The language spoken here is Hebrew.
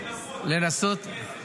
--- איזו הידברות, אתם רוצים כסף.